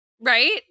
Right